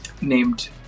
named